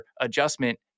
adjustment